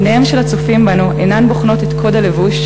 עיניהם של הצופים בנו אינן בוחנות את קוד הלבוש,